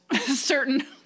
certain